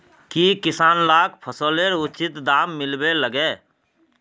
की किसान लाक फसलेर उचित दाम मिलबे लगे?